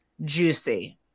juicy